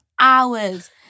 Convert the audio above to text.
hours